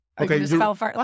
okay